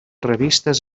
revistes